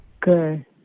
Good